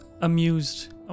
amused